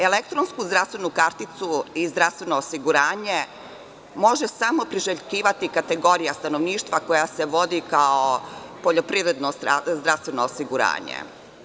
Elektronsku zdravstvenu karticu i zdravstveno osiguranje može samo priželjkivati kategorija stanovništva koja se vodi kao poljoprivredno zdravstveno osiguranje.